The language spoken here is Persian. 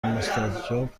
مستجاب